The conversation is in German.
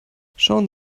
schauen